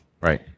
Right